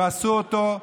ועשו אותו,